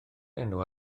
enw